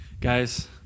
guys